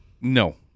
No